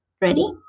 Ready